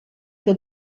que